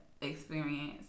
Experience